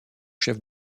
chef